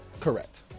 correct